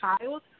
child